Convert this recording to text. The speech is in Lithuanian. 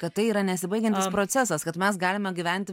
kad tai yra nesibaigiantis procesas kad mes galime gyventi